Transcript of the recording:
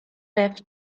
left